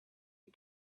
you